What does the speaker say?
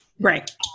right